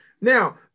Now